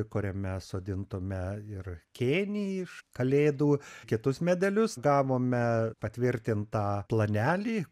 kuriame sodintume ir kėnį iš kalėdų kitus medelius gavome patvirtintą planelį